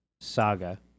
saga